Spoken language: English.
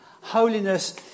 Holiness